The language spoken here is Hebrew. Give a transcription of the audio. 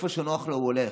איפה שנוח לו הוא הולך.